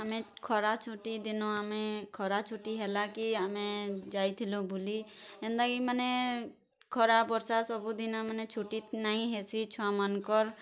ଆମେ ଖରାଛୁଟି ଦିନ ଆମେ ଖରା ଛୁଟି ହେଲାକେ ଆମେ ଯାଇଥିଲୁ ବୁଲି ଏନ୍ତା ଇମାନେ ଖରା ବର୍ଷା ସବୁ ଦିନମାନେ ଛୁଟି ନାଇଁହେସି ଛୁଆ ମାନକର୍